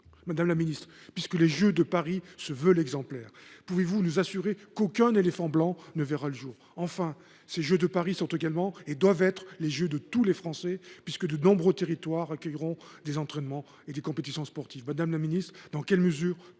Madame la ministre, puisque les Jeux de Paris se veulent exemplaires, pouvez vous nous assurer qu’aucun éléphant blanc ne verra le jour ? Enfin, ces Jeux sont également, et doivent être, ceux de tous les Français, car de nombreux territoires accueilleront des entraînements et des compétitions sportives. Madame la ministre, dans quelle mesure